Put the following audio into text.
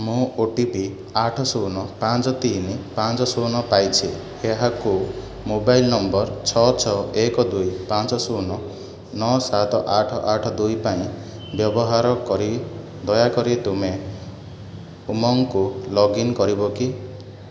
ମୁଁ OTP ଆଠ ଶୂନ ପାଞ୍ଚ ତିନି ପାଞ୍ଚ ଶୂନ ପାଇଛି ଏହାକୁ ମୋବାଇଲ୍ ନମ୍ବର ଛଅ ଛଅ ଏକ ଦୁଇ ପାଞ୍ଚ ଶୂନ ନଅ ସାତ ଆଠ ଆଠ ଦୁଇ ପାଇଁ ବ୍ୟବହାର କରି ଦୟାକରି ତୁମେ ଉମଙ୍ଗକୁ ଲଗ୍ଇନ୍ କରିବ କି